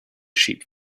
sheep